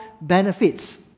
benefits